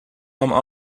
نمیخام